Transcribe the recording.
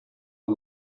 are